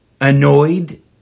annoyed